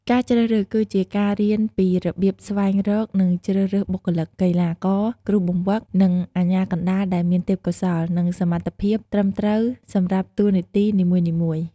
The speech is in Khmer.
ការជ្រើសរើសគឺជាការរៀនពីរបៀបស្វែងរក និងជ្រើសរើសបុគ្គលិក កីឡាករ គ្រូបង្វឹក និងអាជ្ញាកណ្តាលដែលមានទេពកោសល្យ និងសមត្ថភាពត្រឹមត្រូវសម្រាប់តួនាទីនីមួយៗ។